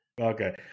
Okay